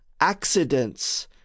accidents